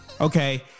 Okay